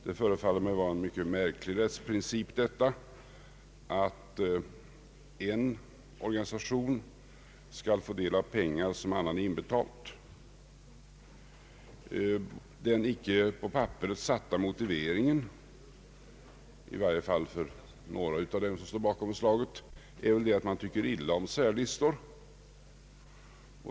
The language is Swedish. Det förefaller mig vara en mycket märklig rättsprincip, att en organisation skall få del av pengar som annan inbetalt. Den icke på papperet satta motiveringen — i varje fall för några av dem som står bakom förslaget — är att man tycker illa om särlistor.